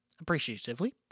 Appreciatively